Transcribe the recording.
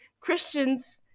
Christians